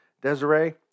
Desiree